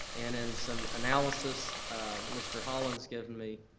and in some analysis mr. holland's given me,